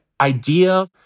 idea